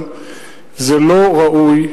זה לא ראוי,